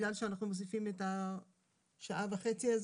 בגלל שאנחנו מוסיפים את השעה וחצי הזאת?